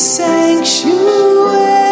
sanctuary